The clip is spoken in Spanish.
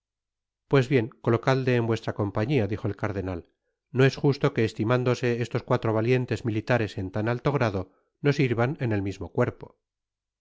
pues bien colocadle en vuestra compañía dijo el cardenal no es justo que estimándose estos cuatro valientes militares en tan alto grado no sirvan en el mismo cuerpo